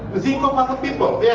the um ah most yeah